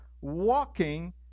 walking